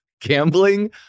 Gambling